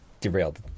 Derailed